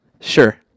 Sure